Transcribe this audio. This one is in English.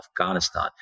Afghanistan